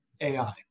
AI